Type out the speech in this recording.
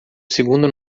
segundo